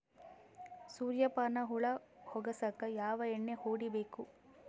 ಸುರ್ಯಪಾನ ಹುಳ ಹೊಗಸಕ ಯಾವ ಎಣ್ಣೆ ಹೊಡಿಬೇಕು?